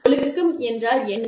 ஒழுக்கம் என்றால் என்ன